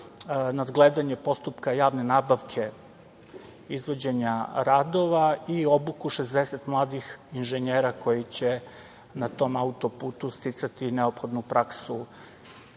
nadgledanje postupka javne nabavke izvođenja radova i obuku 60 mladih inženjera koji će na tom auto-putu sticati neophodnu praksu